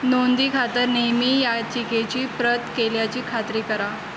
नोंदीखातर नेहमी याचिकेची प्रत केल्याची खात्री करा